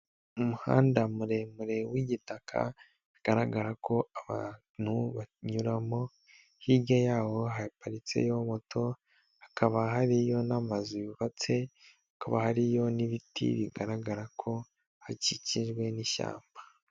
Umuhanda muremure w'igitaka bigaragara ko abantu banyuramo hirya yawo haparitseyo moto, hakaba hariyo n'amazu yubatse, hakaba hariyo n'ibiti bigaragara ko hakikijwe n'ishyamba.